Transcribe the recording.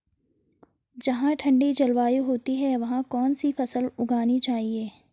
जहाँ ठंडी जलवायु होती है वहाँ कौन सी फसल उगानी चाहिये?